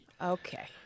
Okay